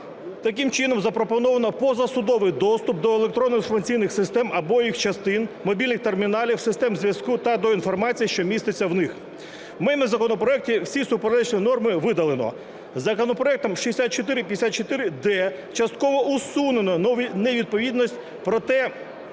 Таким чином запропоновано позасудовий доступ до електронних інформаційних систем або їх частин, мобільних терміналів, систем зв'язку та до інформації, що міститься в них. У мене в законопроекті всі суперечливі норми видалено. Законопроектом 6454-д частково усунено невідповідність, проте